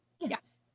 yes